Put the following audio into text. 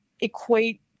equate